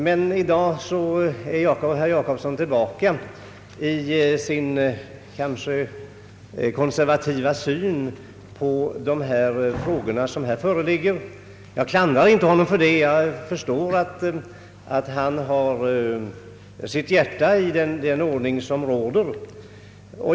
Men i dag är herr Jacobsson tillbaka i sin något konservativa syn på dessa frågor. Jag klandrar honom inte för detta, ty jag förstår att han har sitt hjärta i den ordning som råder.